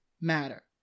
matter